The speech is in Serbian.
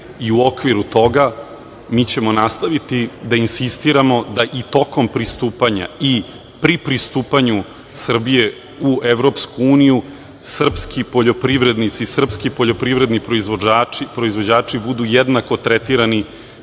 i okviru toga mi ćemo nastaviti da insistiramo da i tokom pristupanja i pri pristupanju Srbije u EU srpski poljoprivrednici, sprski poljoprivredni proizvođači budu jednako tretirani